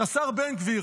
השר בן גביר.